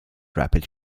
rapid